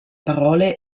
parole